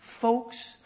folks